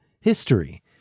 history